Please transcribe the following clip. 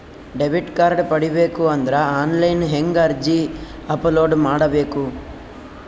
Debit card ಪಡಿಬೇಕು ಅಂದ್ರ online ಹೆಂಗ್ ಅರ್ಜಿ ಅಪಲೊಡ ಮಾಡಬೇಕು?